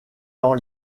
dans